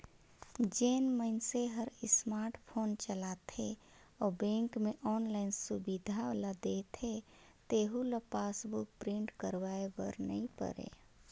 जेन मइनसे हर स्मार्ट फोन चलाथे अउ बेंक मे आनलाईन सुबिधा ल देथे तेहू ल पासबुक प्रिंट करवाये बर नई परे